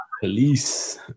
police